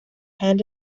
hand